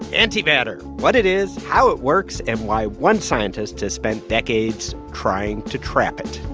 antimatter what it is, how it works and why one scientist has spent decades trying to trap it